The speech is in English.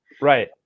Right